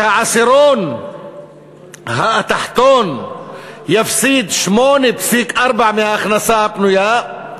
שהעשירון התחתון יפסיד 8.4% מההכנסה הפנויה,